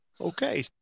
Okay